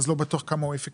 אז לא בטוח כמה הוא אפקטיבי.